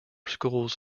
schools